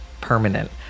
permanent